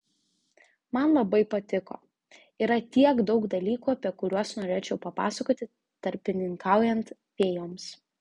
man labai patiko yra tiek daug dalykų apie kuriuos norėčiau papasakoti tarpininkaujant fėjoms